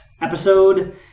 episode